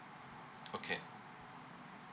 okay